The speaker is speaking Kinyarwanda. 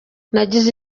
nagize